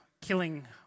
killing